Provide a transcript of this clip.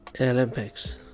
Olympics